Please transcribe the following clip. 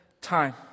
time